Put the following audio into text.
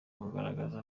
kugaragara